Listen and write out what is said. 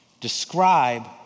Describe